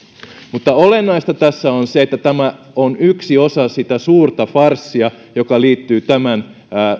olennaista tässä on se että tämä on yksi osa sitä suurta farssia joka liittyy tämän